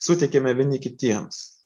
suteikiame vieni kitiems